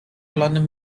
london